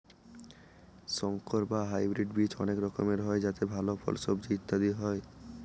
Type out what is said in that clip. সংকর বা হাইব্রিড বীজ অনেক রকমের হয় যাতে ভাল ফল, সবজি ইত্যাদি হয়